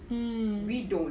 mm